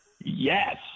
Yes